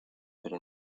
pero